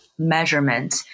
measurement